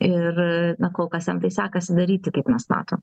ir na kol kas jam tai sekasi daryti kaip mes matom